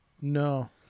No